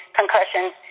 concussions